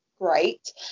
great